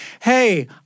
hey